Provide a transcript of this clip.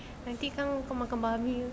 nanti kau akan makan babi